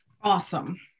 awesome